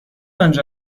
آنجا